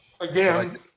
Again